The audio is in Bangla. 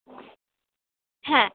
হ্যাঁ